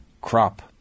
crop